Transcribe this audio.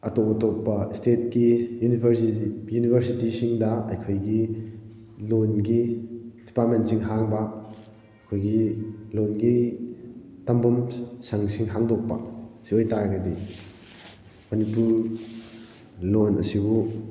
ꯑꯇꯣꯞ ꯑꯇꯣꯞꯄ ꯏꯁꯇꯦꯠꯀꯤ ꯌꯨꯅꯤꯚꯔꯁꯤꯇꯤꯁꯤꯡꯗ ꯑꯩꯈꯣꯏꯒꯤ ꯂꯣꯟꯒꯤ ꯗꯤꯄꯥꯔꯠꯃꯦꯟꯁꯤꯡ ꯍꯥꯡꯕ ꯑꯩꯈꯣꯏꯒꯤ ꯂꯣꯟꯒꯤ ꯇꯝꯐꯝ ꯁꯪꯁꯤꯡ ꯍꯥꯡꯗꯣꯛꯄ ꯁꯤ ꯑꯣꯏ ꯇꯥꯔꯒꯗꯤ ꯃꯅꯤꯄꯨꯔ ꯂꯣꯟ ꯑꯁꯤꯕꯨ